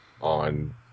on